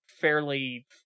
fairly